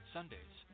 Sundays